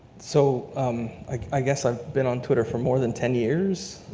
so i guess i've been on twitter for more than ten years,